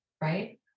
right